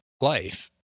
life